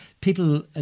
people